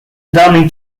dummy